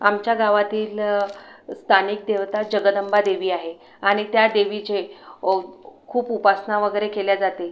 आमच्या गावातीलं स्थानिक देवता जगदंबा देवी आहे आणि त्या देवीचे खूप उपासना वगैरे केल्या जाते